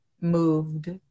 moved